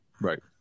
Right